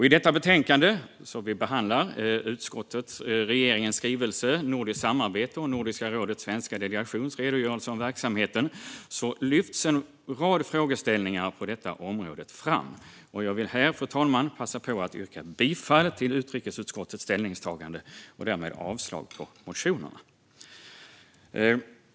I det betänkande vi behandlar om regeringens skrivelse Nordiskt samarbete och Nordiska rådets svenska delegations redogörelse om verksamheten lyfts en rad frågeställningar på detta område fram. Jag vill, fru talman, passa på att yrka bifall till utrikesutskottets ställningstagande och därmed avslag på motionerna.